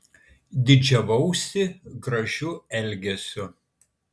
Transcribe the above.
didžiavausi gražiu elgesiu